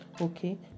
Okay